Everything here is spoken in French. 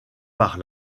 par